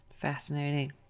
Fascinating